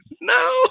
No